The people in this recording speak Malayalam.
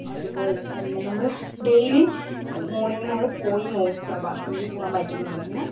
അതുപോലെ തന്നെ നമ്മള് ഡെയിലി മോർണിംഗ് നമ്മള് പോയി നോക്കുക ബാത്റൂമില് പോകാൻ പറ്റുന്നുണ്ടോയെന്ന് അങ്ങനെ